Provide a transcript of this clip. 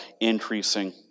increasing